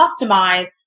customize